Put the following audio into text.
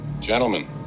Gentlemen